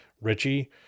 Richie